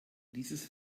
dieses